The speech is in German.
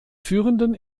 führenden